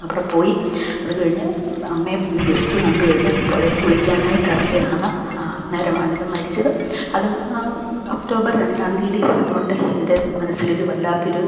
അവിടെ പോയി അത് കഴിഞ്ഞ് അമ്മെനെ ഒന്ന് ജസ്റ്റ് കണ്ട് കഴിഞ്ഞ് പുഴയിൽ കുളിക്കാനായിട്ട് ഇറങ്ങിയതാണ് അന്നേരമാണിത് മരിച്ചത് അത് ഒക്ടോബർ രണ്ടാം തിയതി അതുകൊണ്ട് എൻ്റെ മനസ്സിലൊരു വല്ലാത്തൊരു